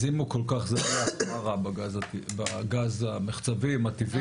אז אם הוא כל כך זניח, מה רע בגז המחצבים, הטבעי?